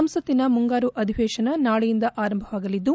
ಸಂಸತ್ತಿನ ಮುಂಗಾರು ಅಧಿವೇಶನ ನಾಳೆಯಿಂದ ಆರಂಭವಾಗಲಿದ್ದು